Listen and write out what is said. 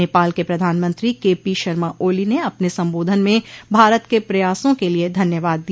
नेपाल के प्रधानमंत्री के पी शर्मा ओली ने अपने सम्बोधन में भारत के प्रयासों के लिए धन्यवाद दिया